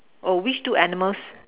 oh which two animals